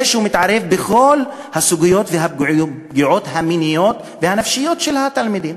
6. הוא מתערב בכל הסוגיות והפגיעות המיניות והנפשיות של התלמידים,